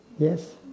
Yes